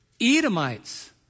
Edomites